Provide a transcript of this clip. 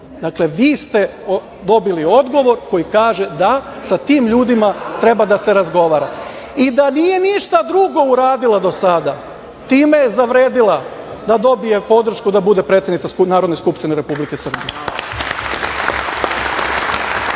ostalog, vi ste dobili odgovor koji kaže da sa tim ljudima treba da se razgovara. Da nije ništa drugo uradila do sada, time je zavredila da dobije podršku da bude predsednica Narodne skupštine Republike